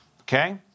Okay